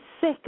sick